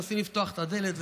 מנסים לפתוח את הדלת,